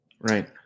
Right